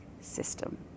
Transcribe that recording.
system